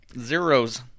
zeros